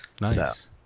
nice